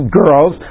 girls